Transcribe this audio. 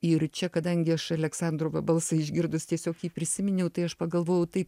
ir čia kadangi aš aleksandro va balsą išgirdus tiesiog jį prisiminiau tai aš pagalvojau tai